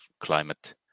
climate